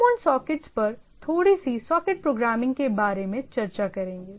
हम उन सॉकेट्स पर थोड़ी सी सॉकेट प्रोग्रामिंग के बारे में चर्चा करेंगे